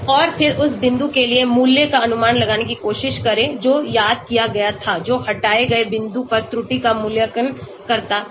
और फिर उस बिंदु के लिए मूल्य का अनुमान लगाने की कोशिश करें जो याद किया गया था जो हटाए गए बिंदु पर त्रुटि का मूल्यांकन करता है